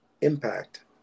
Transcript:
impact